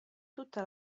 tutta